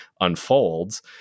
unfolds